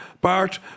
bart